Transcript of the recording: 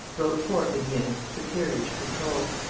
broke forth in the end superior to control,